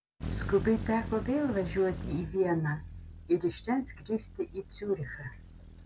skubiai teko vėl važiuoti į vieną ir iš ten skristi į ciurichą